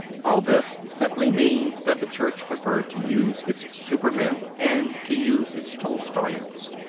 all this simply means that the church preferred to use its supermen and to use its tolstoyans.